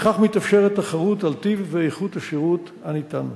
כך מתאפשרת תחרות על הטיב והאיכות של השירות הניתן.